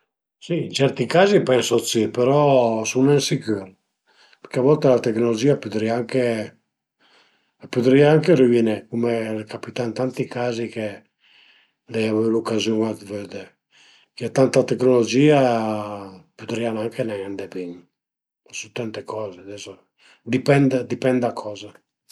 Si ën certi cazi pensu d'si però sun nen sicür perché a volte la tecnologìa a pudrìa anche rüviné cum al e capità ën tanti cazi che ai l'ucaziun dë vëde e tanta tecnologìa a pudrìa anche nen andé bin, ma sü tante coze, ades a dipend a dipend da coza